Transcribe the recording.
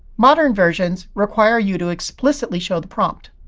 modern versions require you to explicitly show the prompt.